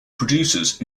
producers